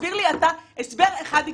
תסביר לי הסבר אחד הגיוני.